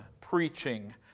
preaching